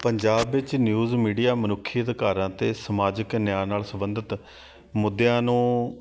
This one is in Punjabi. ਪੰਜਾਬ ਵਿੱਚ ਨਿਊਜ਼ ਮੀਡੀਆ ਮਨੁੱਖੀ ਅਧਿਕਾਰਾਂ ਅਤੇ ਸਮਾਜਿਕ ਨਿਆਂ ਨਾਲ ਸੰਬੰਧਿਤ ਮੁੱਦਿਆਂ ਨੂੰ